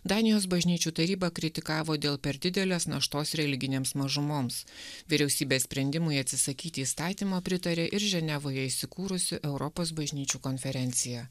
danijos bažnyčių taryba kritikavo dėl per didelės naštos religinėms mažumoms vyriausybės sprendimui atsisakyti įstatymo pritarė ir ženevoje įsikūrusi europos bažnyčių konferencija